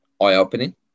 eye-opening